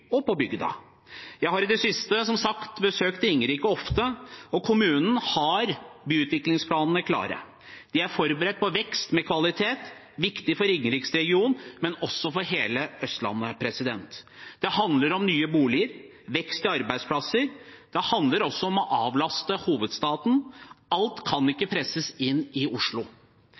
forberedt på vekst med kvalitet, som er viktig for Ringeriks-regionen, men også for hele Østlandet. Det handler om nye boliger, om vekst i arbeidsplasser, og det handler også om å avlaste hovedstaden – alt kan ikke presses inn i Oslo.